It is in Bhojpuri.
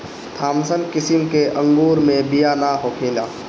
थामसन किसिम के अंगूर मे बिया ना होखेला